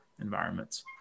environments